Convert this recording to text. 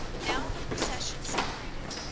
now the procession separated,